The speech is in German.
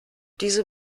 diese